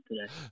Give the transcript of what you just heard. today